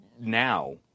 now